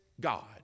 God